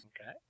Okay